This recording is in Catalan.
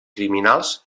criminals